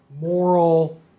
moral